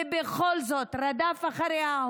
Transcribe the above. ובכל זאת הוא רדף אחריה,